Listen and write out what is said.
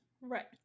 Right